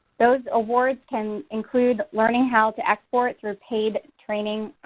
those awards can include learning how to export through paid training,